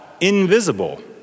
invisible